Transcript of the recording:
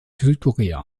südkorea